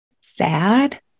sad